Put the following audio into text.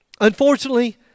Unfortunately